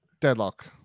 deadlock